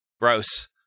Gross